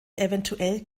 eventuell